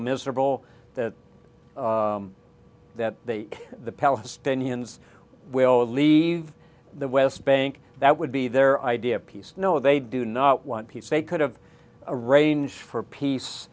miserable that that they the palestinians will leave the west bank that would be their idea of peace no they do not want peace they could have a range for